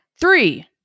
Three